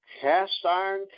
cast-iron